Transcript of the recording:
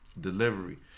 delivery